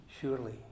surely